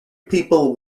people